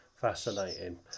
fascinating